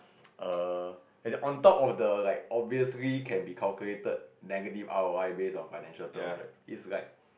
err as in on top of the like obviously can be calculated negative R_O_I based on financial terms right it's like